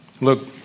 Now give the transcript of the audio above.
Look